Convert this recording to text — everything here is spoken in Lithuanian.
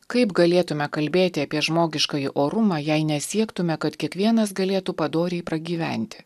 kaip galėtumėme kalbėti apie žmogiškąjį orumą jei nesiektume kad kiekvienas galėtų padoriai pragyventi